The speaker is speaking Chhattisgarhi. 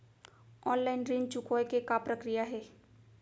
ऑनलाइन ऋण चुकोय के का प्रक्रिया हे?